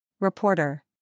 Reporter